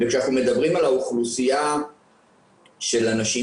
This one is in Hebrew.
וכשאנחנו מדברים על האוכלוסייה של אנשים